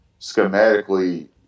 schematically